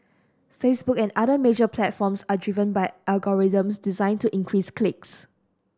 Facebook and other major platforms are driven by algorithms designed to increase clicks